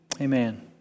Amen